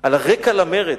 רקע למרד.